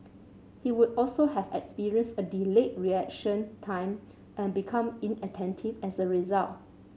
he would also have experienced a delayed reaction time and become inattentive as a result